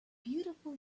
beautiful